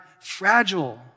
fragile